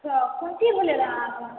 तऽ कोन चीज भेलै अहाँकेॅं